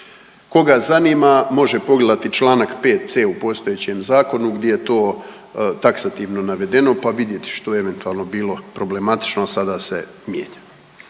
Koga zanima može pogledati čl. 5.c u postojećem zakonu gdje je to taksativno navedeno pa vidjeti što je eventualno bilo problematično, a sada se mijenja.